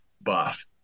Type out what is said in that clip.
buff